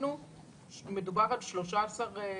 מבחינתנו מדובר על 13%,